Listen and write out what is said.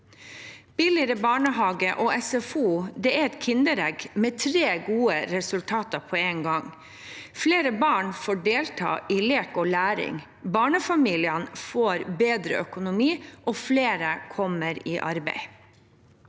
Billigere barnehage og SFO er som et kinderegg, med tre gode resultater på én gang: flere barn får delta i lek og læring, barnefamiliene får bedre økonomi, og flere kommer i arbeid.